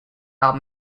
are